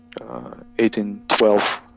1812